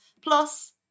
Plus